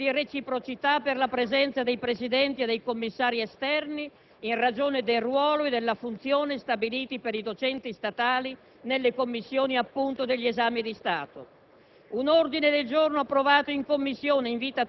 ma non sono previste, allo stato, condizioni di reciprocità per la presenza dei presidenti e dei commissari esterni, in ragione del ruolo e della funzione stabiliti per i docenti statali nelle commissioni, appunto, degli esami di Stato.